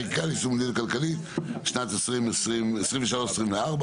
חקיקה ליישום המדיניות הכלכלית לשנות התקציב 2023 ו-2024),